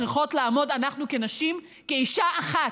אנחנו כנשים צריכות לעמוד כאישה אחת,